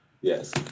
Yes